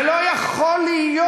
ולא יכול להיות,